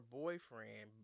boyfriend